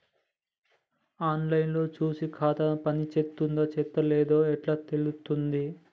On line లో చూసి ఖాతా పనిచేత్తందో చేత్తలేదో ఎట్లా తెలుత్తది?